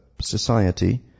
society